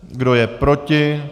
Kdo je proti?